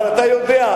אבל אתה יודע,